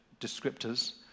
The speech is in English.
descriptors